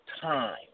time